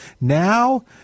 Now